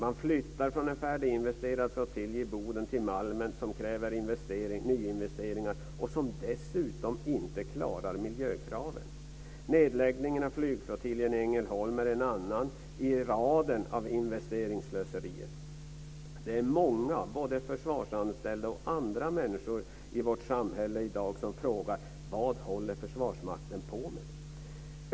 Man flyttar från en färdiginvesterad flottilj i Boden till Malmen, som kräver nyinvesteringar och som dessutom inte klarar miljökraven. Nedläggningen av flygflottiljen i Ängelholm är en annan del i raden av investeringsslöseri. Det är många, både försvarsanställda och andra människor, i vårt samhälle i dag som frågar: Vad håller Försvarsmakten på med?